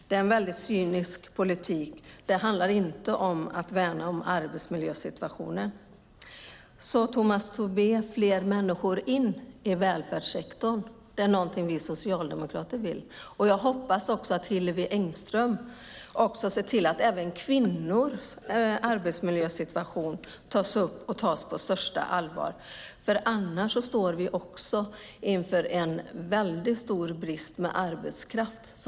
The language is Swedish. Det är en cynisk politik. Det handlar inte om att värna om arbetsmiljösituationen. Fler människor in i välfärdssektorn är något vi socialdemokrater vill ha, Tomas Tobé. Jag hoppas att Hillevi Engström ser till att även kvinnors arbetsmiljösituation tas upp och tas på största allvar. Annars står vi inför en stor arbetskraftsbrist.